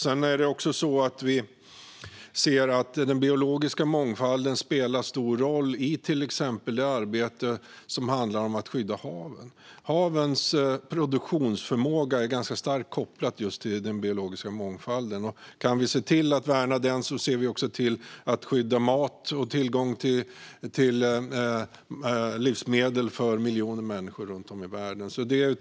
För det andra ser vi att den biologiska mångfalden spelar stor roll till exempel i arbetet för att skydda haven. Havens produktionsförmåga är ganska starkt kopplad till den biologiska mångfalden. Kan vi se till att värna den ser vi också till att skydda mat och tillgång till livsmedel för miljoner människor runt om i världen.